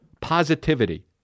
positivity